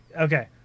okay